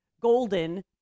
golden